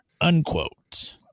unquote